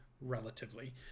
relatively